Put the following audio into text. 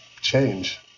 change